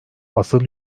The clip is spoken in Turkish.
asıl